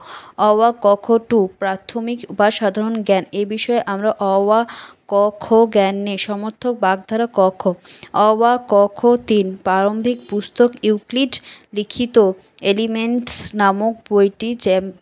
অ আ ক খ টু প্রাথমিক উপায় সাধারণ জ্ঞান এ বিষয়ে আমরা অ আ ক খ জ্ঞানে সমার্থক বাগধারা ক খ অ আ ক খ তিন প্রারম্ভিক পুস্তক ইউক্লিড লিখিত এলিমেন্টস নামক বইটি